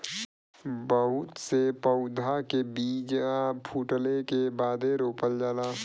बहुत से पउधा के बीजा फूटले के बादे रोपल जाला